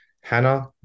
hannah